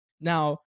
Now